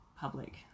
public